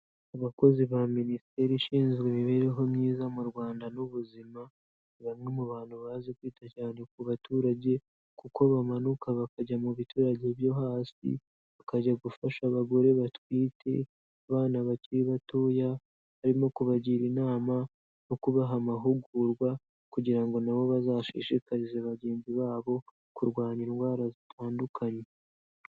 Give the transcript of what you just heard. Abakozi ba Minisiteri ishinzwe imibereho myiza mu Rwanda n'ubuzima, ni bamwe mu bantu bazi kwita cyane ku baturage kuko bamanuka bakajya mu biturage byo hasi, bakajya gufasha abagore batwite, abana bakiri batoya, harimo kubagira inama no kubaha amahugurwa kugira ngo nabo bazashishikarize bagenzi babo kurwanya indwara zitandukanye.